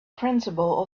principle